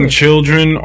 children